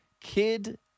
Kid